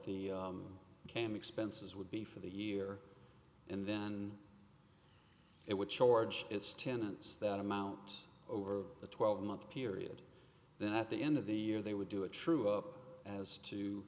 the cam expenses would be for the year and then it would charge its tenants that amount over the twelve month period then at the end of the year they would do a true up as to